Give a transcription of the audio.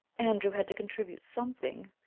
andrew had to contribute something.